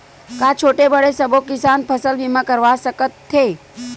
का छोटे बड़े सबो किसान फसल बीमा करवा सकथे?